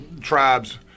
tribes